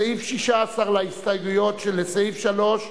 סעיף 12 להסתייגויות, לסעיף 3,